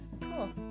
cool